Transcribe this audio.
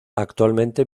actualmente